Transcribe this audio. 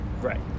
right